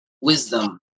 wisdom